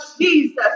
Jesus